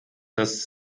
dass